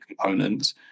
components